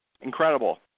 Incredible